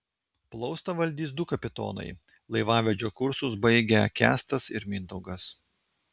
plaustą valdys du kapitonai laivavedžio kursus baigę kęstas ir mindaugas